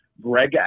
Greg